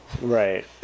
Right